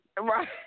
Right